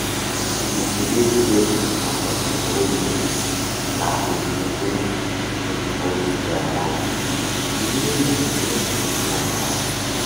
Eritsereto hoe ta hanapaky volo iha, la tehivola gny paozy tianao. Ino gny hovolagninao?